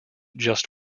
just